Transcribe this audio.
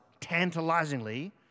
tantalizingly